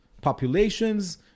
populations